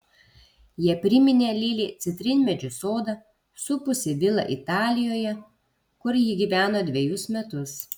jie priminė lilei citrinmedžių sodą supusį vilą italijoje kur ji gyveno dvejus metus